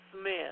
Smith